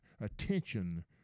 attention